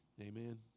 Amen